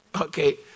Okay